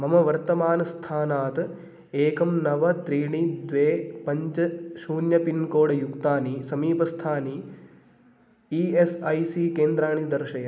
मम वर्तमानस्थानात् एकं नव त्रीणि द्वे पञ्च शून्यं पिन्कोड् युक्तानि समीपस्थानि ई एस् ऐ सी केन्द्राणि दर्शय